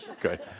Good